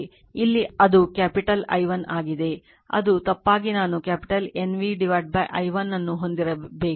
ಇಲ್ಲಿ ಅದು capital i1 ಆಗಿದೆ ಅದು ತಪ್ಪಾಗಿ ನಾನು ಕ್ಯಾಪಿಟಲ್ N vi1 ಅನ್ನು ಹೊಂದಿರಬೇಕು